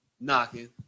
knocking